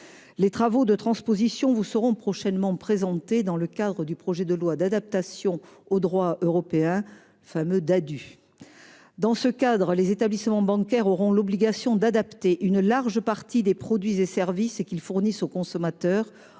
Les travaux de transposition vous seront prochainement présentés dans le cadre du projet de loi portant diverses dispositions d'adaptation au droit de l'Union européenne (Ddadue). Dans ce cadre, les établissements bancaires auront l'obligation d'adapter une large partie des produits et services qu'ils fournissent aux consommateurs